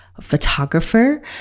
photographer